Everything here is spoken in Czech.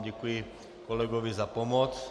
Děkuji kolegovi za pomoc.